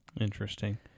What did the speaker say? Interesting